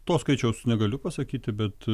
to skaičiaus negaliu pasakyti bet